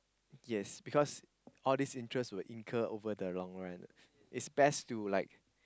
yes because all this interest will incur over the long run it's best to like